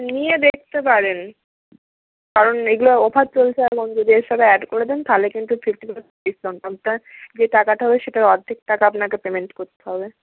নিয়ে দেখতে পারেন কারণ এইগুলো অফার চলছে এখন যদি এর সাথে অ্যাড করে দেন তাহলে কিন্তু ফিফটি ডিসকাউন্ট যে টাকাটা হবে সেটার অর্ধেক টাকা আপনাকে পেমেন্ট করতে হবে